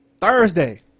Thursday